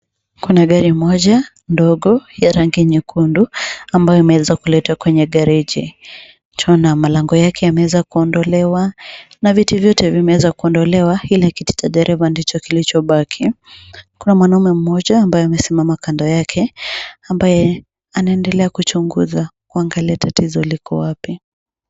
Kuna gari moja ndogo ya rangi nyekundu ambayo imeweza kuletwa kwenye gareji. Twaona mlango yake yameweza kuondolewa na viti vyote vimeweza kuondolewa ila kiti cha dereva ndicho kilichobaki. Kuna mwanaume mmoja ambaye amesimama kando yake ambaye anaendelea kuchunguza kuangalia tatizo liko wapi.